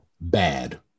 Bad